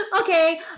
Okay